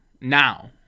now